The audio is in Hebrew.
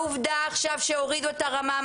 העובדה עכשיו שהורידו את הרמה,